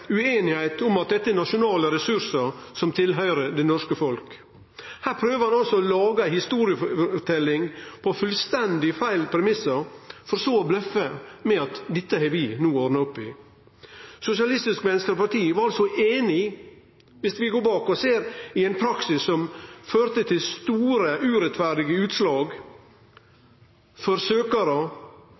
om at dette er nasjonale ressursar som tilhøyrer det norske folk. Her prøver ein altså å lage ei historieforteljing på fullstendig feil premissar, for så å bløffe med at dette har vi no ordna opp i. Sosialistisk Venstreparti var altså einig, viss vi går tilbake og ser, i ein praksis som førte til store urettferdige utslag for